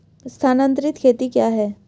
स्थानांतरित खेती क्या है?